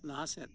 ᱞᱟᱦᱟ ᱥᱮᱫ